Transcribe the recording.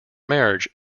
marriage